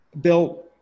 Bill